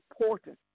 important